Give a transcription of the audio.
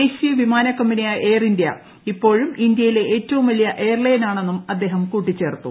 ദേശീയ വിമാന കമ്പനിയായ്ക്കു എയർ ഇന്ത്യ ഇപ്പോഴും ഇന്ത്യയിലെ ഏറ്റവും വലിയ എയർക്കൂല്ൻ ആണെന്നും അദ്ദേഹം കൂട്ടിച്ചേർത്തു